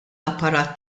apparat